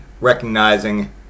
recognizing